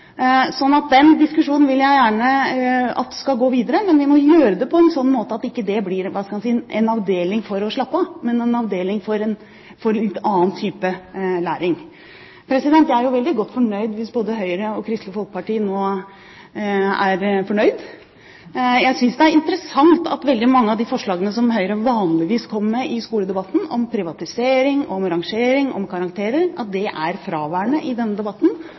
den diskusjonen vil jeg gjerne skal gå videre, men man må gjøre det på en slik måte at det ikke blir en avdeling for å slappe av, men en avdeling for en litt annen type læring. Jeg er veldig godt fornøyd hvis både Høyre og Kristelig Folkeparti nå er fornøyd. Jeg synes det er interessant at veldig mange av de forslagene som Høyre vanligvis kommer med i skoledebatten, om privatisering, om rangering og om karakterer, er fraværende i denne debatten.